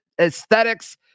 Aesthetics